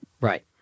Right